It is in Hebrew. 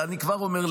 אני כבר אומר,